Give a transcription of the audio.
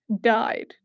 died